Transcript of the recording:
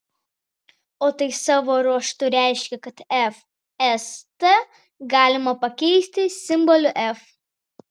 o tai savo ruožtu reiškia kad fst galima pakeisti simboliu f